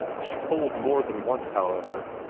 she told more than once, however,